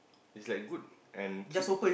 is like good and keep